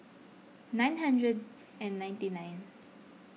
nine hundred and ninety nine